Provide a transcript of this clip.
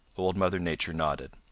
old mother nature nodded.